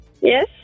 Yes